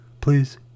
please